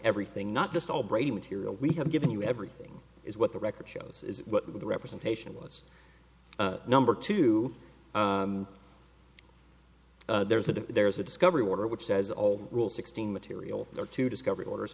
everything not just all brady material we have given you everything is what the record shows is what the representation was number two there's a there's a discovery water which says old rule sixteen material or to discover borders